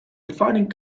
defining